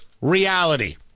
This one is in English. reality